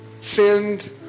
sinned